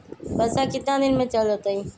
पैसा कितना दिन में चल जतई?